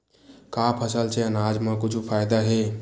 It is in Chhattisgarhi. का फसल से आनाज मा कुछु फ़ायदा हे?